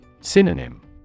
Synonym